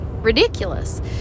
ridiculous